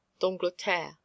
d'Angleterre